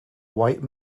white